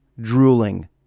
drooling